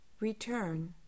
Return